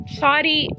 sorry